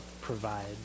provide